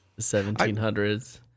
1700s